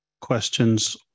questions